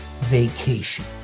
vacation